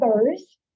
others